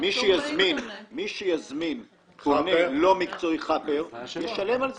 מי שיזמין בונה לא מקצועי, חאפר, ישלם על זה.